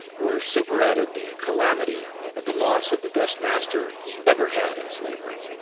were superadded the calamity of the loss of the best master he ever had in slavery.